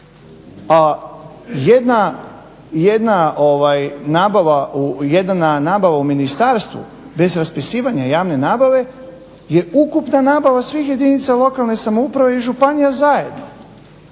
a jedna nabava u ministarstvu bez raspisivanja javne nabave je ukupna nabava svih jedinica lokalne samouprave i županija zajedno.